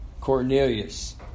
Cornelius